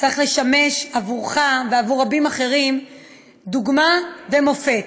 צריך לשמש עבורך ועבור רבים אחרים דוגמה ומופת.